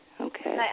Okay